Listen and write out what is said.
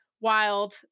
wild